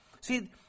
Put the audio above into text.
See